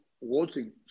watching